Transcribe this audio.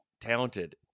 talented